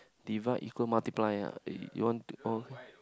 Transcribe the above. divide equal multiply ah eh you want to oh okay